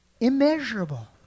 immeasurable